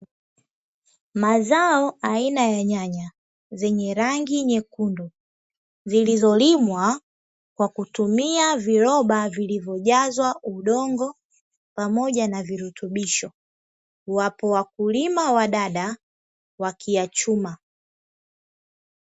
Mazao aina ya nyanya zenye rangi nyekundu, zilizolimwa kwa kutumia viroba vilivyojazwa udongo pamoja na virutubisho, wapo wakulima wadada wakiyachuma.